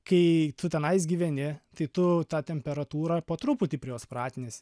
kai tu tenais gyveni tai tu tą temperatūrą po truputį prie jos pratiniesi